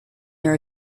your